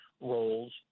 roles